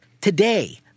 Today